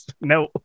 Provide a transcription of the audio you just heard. No